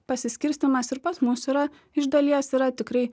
pasiskirstymas ir pas mus yra iš dalies yra tikrai